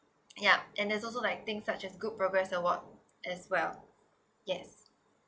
ya and there's also like things such as good progress award as well yes